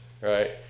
right